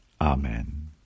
Amen